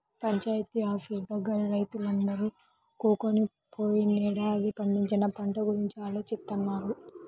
panchayat office దగ్గర రైతులందరూ కూకొని పోయినేడాది పండించిన పంట గురించి ఆలోచిత్తన్నారు